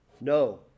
No